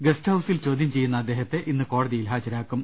guest ഹൌസിൽ ചോദ്യം ചെയ്യുന്ന അദ്ദേഹത്തെ ഇന്ന് കോടതിയിൽ ഹാജരാക്കും